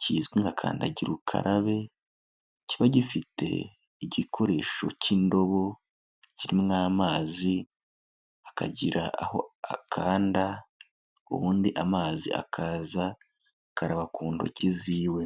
kizwi nka kandagira ukarabe, kiba gifite igikoresho cy'indobo kirimo amazi akagira aho akanda ubundi amazi akaza agakaraba ku ntoki ziwe.